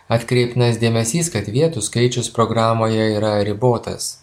atkreiptinas dėmesys kad vietų skaičius programoje yra ribotas